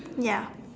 ya